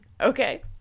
okay